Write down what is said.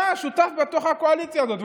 אתה שותף בתוך הקואליציה הזאת,